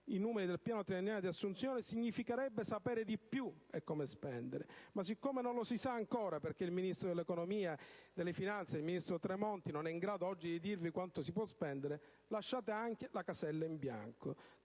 i numeri del piano triennale di assunzione significherebbe sapere quanto di più e come spendere. Ma siccome non lo si sa ancora, perché il ministro dell'economia e delle finanze Tremonti non è in grado oggi di dirvi quanto si può spendere, lasciate la casella in bianco;